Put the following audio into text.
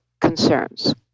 concerns